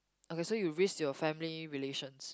okay so you risk your family relations